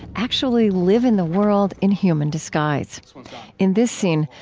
actually live in the world in human disguise in this scene,